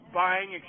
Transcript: buying